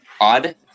odd